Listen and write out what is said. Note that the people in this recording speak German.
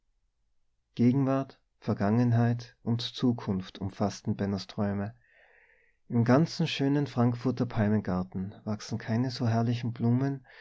gegenwart vergangenheit und zukunft umfaßten bennos träume im ganzen schönen frankfurter palmengarten wachsen keine so herrliche blumen